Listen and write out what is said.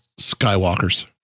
Skywalkers